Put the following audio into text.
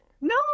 no